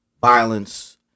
violence